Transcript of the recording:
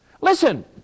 Listen